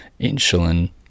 insulin